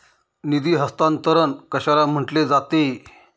निधी हस्तांतरण कशाला म्हटले जाते?